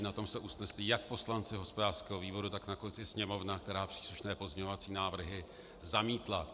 Na tom se usnesli jak poslanci hospodářského výboru, tak na konci Sněmovna, která příslušné pozměňovací návrhy zamítla.